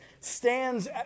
stands